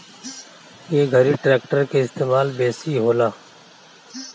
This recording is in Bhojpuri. ए घरी ट्रेक्टर के इस्तेमाल बेसी होला